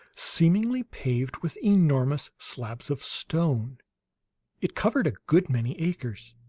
seemingly paved with enormous slabs of stone it covered a good many acres.